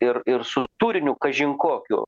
ir ir su turiniu kažin kokiu